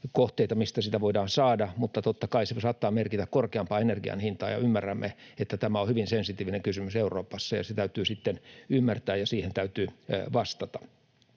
kohteita, mistä sitä voidaan saada. Mutta totta kai se saattaa merkitä korkeampaa energian hintaa, ja ymmärrämme, että tämä on hyvin sensitiivinen kysymys Euroopassa, ja se täytyy sitten ymmärtää, ja siihen täytyy vastata.